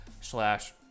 slash